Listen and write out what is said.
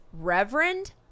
Reverend